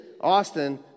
Austin